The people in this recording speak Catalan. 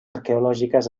arqueològiques